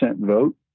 vote